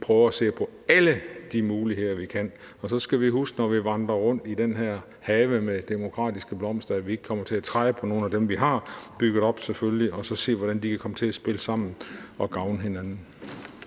prøver at se på alle de muligheder, der er – og så skal vi huske, når vi vandrer rundt i den her have med demokratiske blomster, at vi ikke kommer til at træde på nogen af dem, vi har bygget op, selvfølgelig – og så se, hvordan de kan komme til at spille sammen og gavne hinanden.